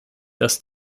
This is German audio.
das